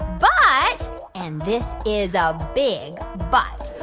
but and this is a big but.